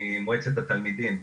ממועצת התלמידים.